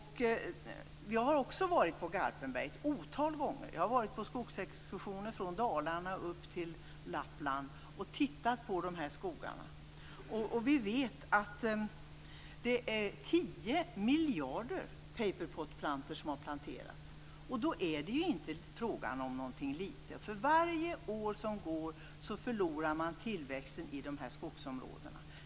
Jag har också varit på Garpenberg ett otal gånger. Jag har varit på skogsexkursioner från Dalarna upp till Lappland och tittat på de här skogarna. Vi vet att det är 10 miljarder paperpot-plantor som har planterats. Då är det ju inte frågan om något litet. För varje år som går förlorar man tillväxten i de här skogsområdena.